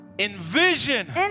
Envision